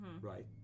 right